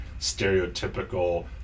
stereotypical